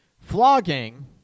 Flogging